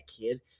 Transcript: kid